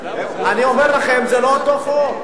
אני אומר לכם, זה לא אותו חוק.